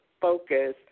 focus